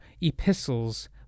Epistles